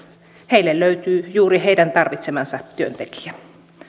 heille löytyy juuri heidän tarvitsemansa työntekijä